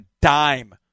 dime